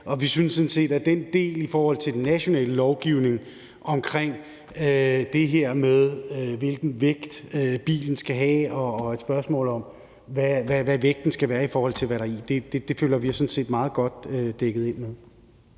implementere det her, og den del i forhold til den nationale lovgivning omkring det her med, hvilken vægt bilen skal have, og et spørgsmål om, hvad vægten skal være i forhold til, hvad der er i, føler vi os sådan set meget godt dækket ind med.